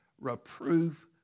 reproof